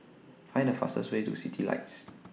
Find The fastest Way to Citylights